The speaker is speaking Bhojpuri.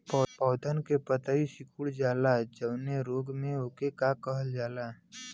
पौधन के पतयी सीकुड़ जाला जवने रोग में वोके का कहल जाला?